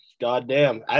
goddamn